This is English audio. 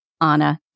Anna